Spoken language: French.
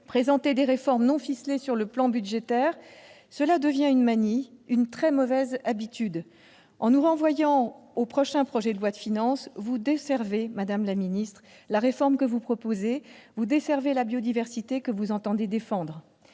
Présenter des réformes non ficelées sur le plan budgétaire, cela devient une manie, une très mauvaise habitude. En nous renvoyant au prochain projet de loi de finances, vous desservez, madame la secrétaire d'État, la réforme que vous proposez, et vous desservez la biodiversité que vous entendez défendre.